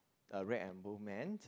a rag and bone man